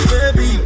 Baby